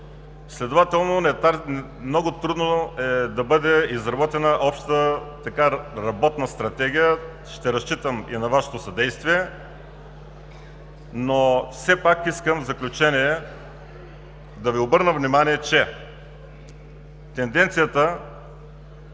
Следователно, много трудно е да бъде изработена обща работна стратегия. Ще разчитам и на Вашето съдействие, но все пак искам в заключение да Ви обърна внимание, че тенденцията